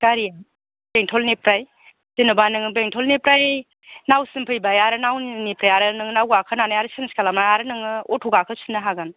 गारि बेंटलनिफ्राय जेन'बा नोङो बेंटलनिफ्राय नावसिम फैबाय आरो नावनिफ्राय आरो नों नाव गाखोनानै चेन्ज खालामनानै आरो नोङो अट' गाखोफिननो हागोन